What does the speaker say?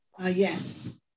Yes